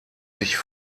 sich